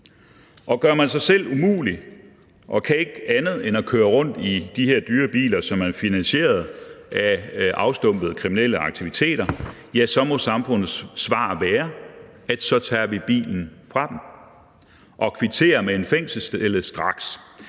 gør man sig selv umulig og kan ikke andet end at køre rundt i de her dyre biler, som er finansieret af afstumpede kriminelle aktiviteter, så må samfundets svar være, at så tager vi bilen fra dem og kvitterer med en fængselscelle straks.